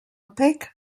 pig